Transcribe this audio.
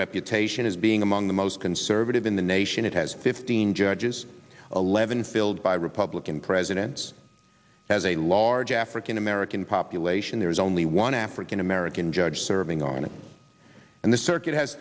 reputation as being among the most conservative in the nation it has fifteen judges eleven filled by republican presidents has a large african american population there is only one african american judge serving on it and the circuit has